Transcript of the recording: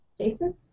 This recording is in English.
Jason